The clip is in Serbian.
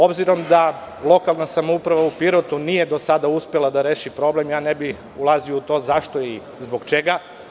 Obzirom da lokalna samouprava u Pirotu nije do sada uspela da reši problem, ja ne bih ulazio u to zašto i zbog čega.